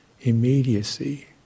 immediacy